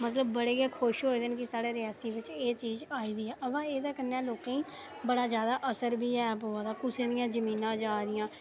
मतलब बड़े गै खुश होए दे न कि साढ़े रियासी बिच एह् चीज आई दी ऐ अवा एहदे कन्नै लोकें गी बड़ा ज्यादा असर बी ऐ होआ दा कुसै दियां जमीनां जा दियां